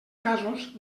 casos